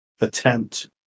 attempt